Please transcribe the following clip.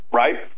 right